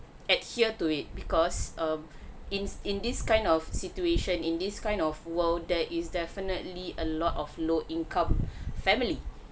adhere to it because um in in this kind of situation in this kind of world there is definitely a lot of low income family